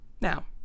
Now